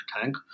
tank